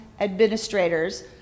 administrators